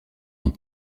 dans